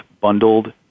bundled